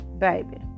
Baby